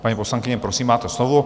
Paní poslankyně, prosím, máte slovo.